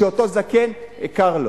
כשלאותו זקן קר.